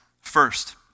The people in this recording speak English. First